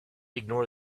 ignore